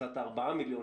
חצה את הארבעה מיליון,